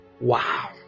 Wow